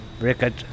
record